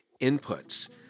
inputs